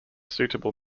suitable